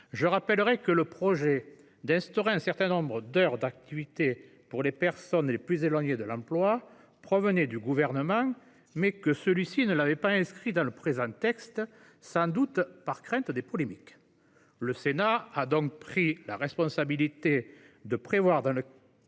Je rappellerai que le projet d’instaurer un certain nombre d’heures d’activité pour les personnes les plus éloignées de l’emploi émanait du Gouvernement, mais que celui ci ne l’avait pas inscrit dans le présent texte, sans doute par crainte des polémiques. Le Sénat a donc pris la responsabilité de prévoir dans le